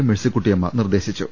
മേഴ്സിക്കുട്ടിയമ്മ നിർദേശിച്ചു